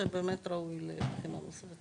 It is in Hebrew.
שבאמת רוב העולים ..